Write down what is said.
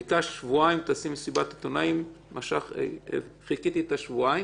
ביקשת שבועיים לעשות מסיבת עיתונאים וחיכיתי שבועיים.